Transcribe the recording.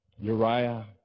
Uriah